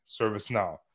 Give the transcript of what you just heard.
ServiceNow